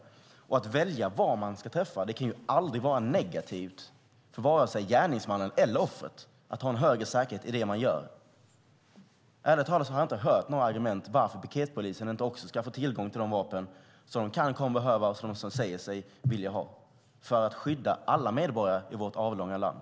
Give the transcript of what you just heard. Att välja var man ska träffa och ha en högre säkerhet i det man gör kan aldrig vara negativt för vare sig gärningsmannen eller offret. Ärligt talat har jag inte hört några bra argument mot varför inte heller piketpolisen ska få tillgång till de vapen som kan komma att behövas och som de säger sig vilja ha för att skydda alla medborgare i vårt avlånga land.